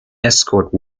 escort